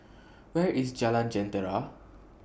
Where IS Jalan Jentera